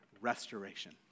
restoration